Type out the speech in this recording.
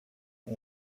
ont